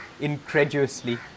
incredulously